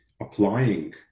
applying